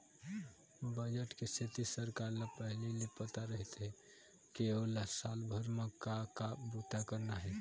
budget के सेती सरकार ल पहिली ले पता रहिथे के ओला साल भर म का का बूता करना हे